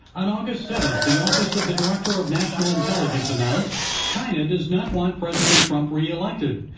on august seven the office of the director of national intelligence announced china does not want president trump reelected.